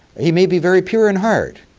he may be very pure in heart,